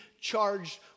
charged